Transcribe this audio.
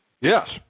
Yes